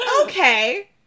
okay